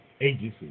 agencies